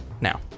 now